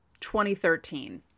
2013